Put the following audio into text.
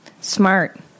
Smart